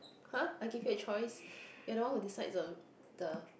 !huh! I give you a choice you're the one who decides on the